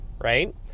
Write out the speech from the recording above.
right